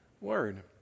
word